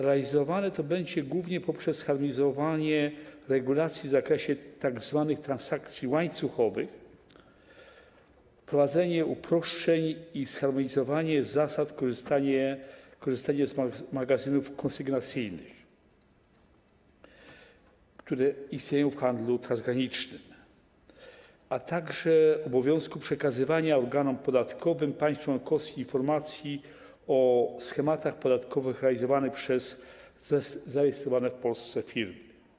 Realizowane to będzie głównie poprzez zharmonizowanie regulacji w zakresie tzw. transakcji łańcuchowych, wprowadzenie uproszczeń i zharmonizowanie zasad korzystania z magazynów konsygnacyjnych, które istnieją w handlu transgranicznym, a także obowiązki przekazywania organom podatkowym państw członkowskich informacji o schematach podatkowych realizowanych przez zarejestrowane w Polsce firmy.